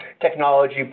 technology